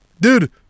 dude